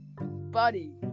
Buddy